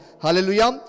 Hallelujah